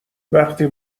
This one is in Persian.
وقتی